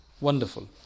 Wonderful